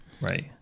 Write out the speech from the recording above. Right